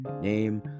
name